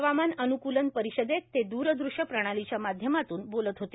हवामान अनुकूलन परिषदेत ते द्रदृश्य प्रणालीच्या माध्यमातून बोलत होते